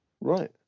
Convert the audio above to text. Right